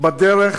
בדרך